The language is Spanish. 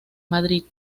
madrid